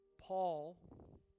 Paul